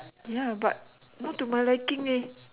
ya but not to my liking leh